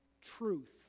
truth